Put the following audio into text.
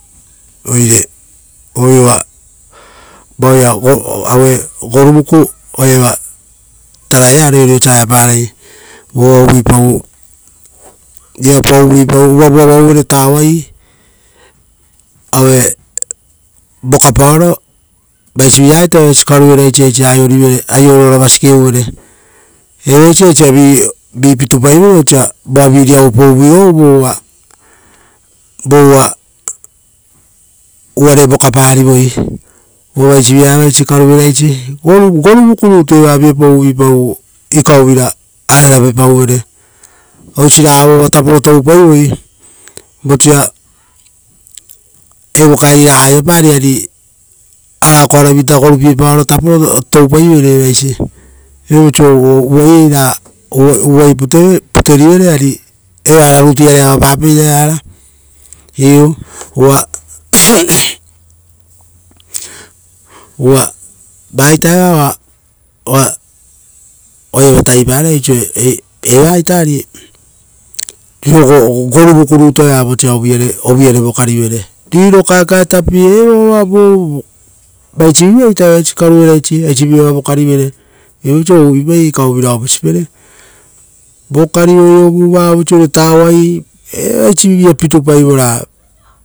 Oire voviova vao ia aue goru vuku oa iava tarai reoreo sa aue parai. Uva va uvuipau viapau, uvuipau uvavu avauvero tauaii aue vokapaoro, vaisivi aita avaisi karavera aisa aio rivere, aio oro oravasike uvere. Evaisi aisa vi, vi pitupai voi osa voaviri pouvirou vo uva, vouva, uvare rokapari voi. Uva vaisi vi a evaisi karuvera isi, goru vuku isi rutu eva viapau uvuipau ikauvira ararave pauvere. Osiraga taporo vora toupaivoi vosa evo kaer-kaer-kaeri raga aiopari ari, arako ara vii groupie ta toupaivere evaisi. Viapau oiso uvai ei ra, ra uvai ei ra, ra uvai putuve puterivere ari evara rutu iare avapapeira evara, iu uva uva vaita eva oa oa- oa- iava taviparai oiso evaa ita ari riro goru vuku rutua eva vosa, vosa uvu iare vokari vere. Riro kaekae tapire evo- vaisi via ita evaisi karuveraisi, aisi viava vokarivere. Viapau oisio uvuipai ra ikauvira opesipere. Vokarivere ovure, vavoiso tauaii, evaisi via pitupaivora.